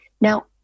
Now